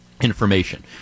Information